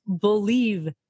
believe